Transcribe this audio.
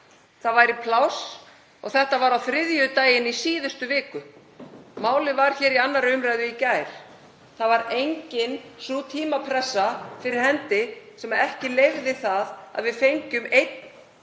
Það væri pláss. Þetta var á þriðjudaginn í síðustu viku. Málið var í 2. umr. í gær. Það var engin sú tímapressa fyrir hendi sem ekki leyfði það að við fengjum einn